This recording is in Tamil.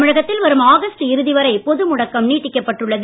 தமிழகத்தில் வரும் ஆகஸ்ட் இறுதி வரை பொதுமுடக்கம் நீட்டிக்கப் பட்டுள்ளது